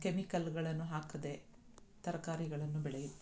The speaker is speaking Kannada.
ಕೆಮಿಕಲ್ಗಳನ್ನು ಹಾಕದೇ ತರಕಾರಿಗಳನ್ನು ಬೆಳೆಯುತ್ತೇವೆ